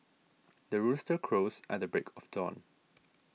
the rooster crows at the break of dawn